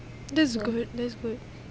that's good that's good